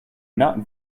not